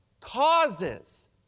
causes